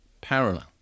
parallel